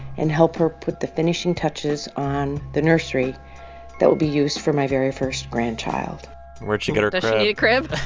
and help her put the finishing touches on the nursery that will be used for my very first grandchild where'd she get her and crib?